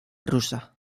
rusa